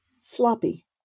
Sloppy